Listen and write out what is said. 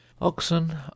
oxen